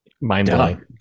Mind-blowing